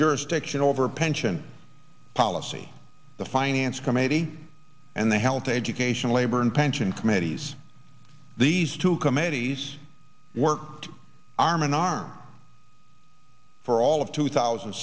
jurisdiction over pension policy the finance committee and the health education labor and pension committees these two committees work arm in arm for all of two thousand